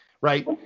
right